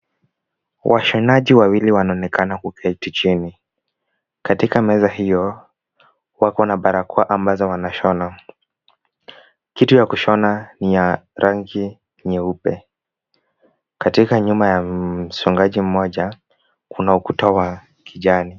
Washonaji wawili wanaonekana kuketi chini. Katika meza hiyo, wako na barakoa ambazo wanashona. Kitu ya kushona ni ya rangi nyeupe, katika nyuma ya msongaji mmoja kuna ukuta wa kijani.